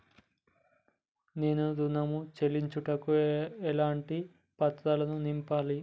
నేను ఋణం చెల్లించుటకు ఎలాంటి పత్రాలను నింపాలి?